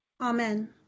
Amen